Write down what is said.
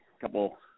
couple